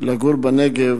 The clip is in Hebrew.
לגור בנגב?